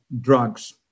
drugs